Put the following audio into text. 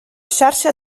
xarxa